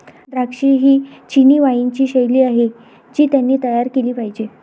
द्राक्षे ही चिनी वाइनची शैली आहे जी त्यांनी तयार केली पाहिजे